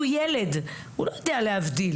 והוא ילד, הוא לא יודע להבדיל.